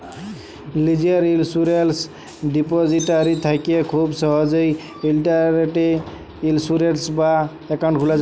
লীজের insurance depository থ্যাকে খুব সহজেই ইলটারলেটে ইলসুরেলস বা একাউল্ট খুলা যায়